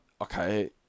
okay